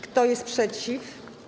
Kto jest przeciw?